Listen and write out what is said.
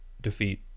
defeat